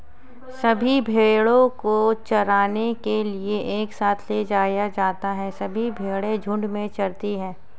सभी भेड़ों को चराने के लिए एक साथ ले जाया जाता है सभी भेड़ें झुंड में चरती है